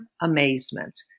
amazement